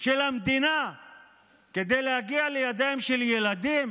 של המדינה כדי להגיע לידיים של ילדים?